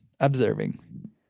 observing